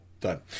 done